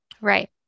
Right